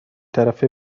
طرفه